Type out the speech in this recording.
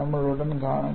നമ്മൾ ഉടൻ കാണും